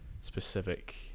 specific